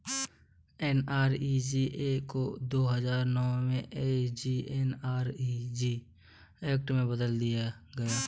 NREGA को दो हजार नौ में एम.जी.एन.आर.इ.जी एक्ट में बदला गया